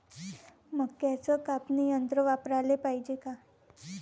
मक्क्याचं कापनी यंत्र वापराले पायजे का?